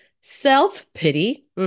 self-pity